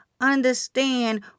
understand